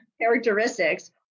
characteristics